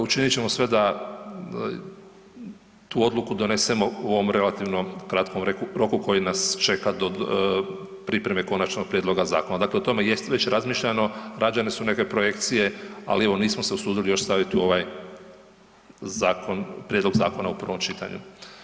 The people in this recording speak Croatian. Učinit ćemo sve da tu odluku donesemo u ovom relativno kratkom roku koji nas čeka do pripreme konačnog prijedloga zakona, dakle o tome jest već razmišljano, rađene su neke projekcije, ali evo nisu se usudili još stavit u ovaj prijedlog zakona u prvom čitanju.